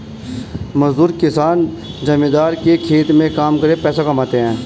मजदूर किसान जमींदार के खेत में काम करके पैसा कमाते है